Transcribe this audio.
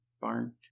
barn